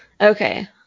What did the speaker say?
okay